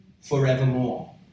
forevermore